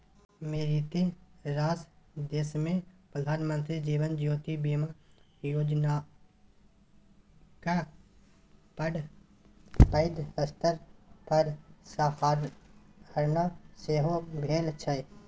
मारिते रास देशमे प्रधानमंत्री जीवन ज्योति बीमा योजनाक बड़ पैघ स्तर पर सराहना सेहो भेल छै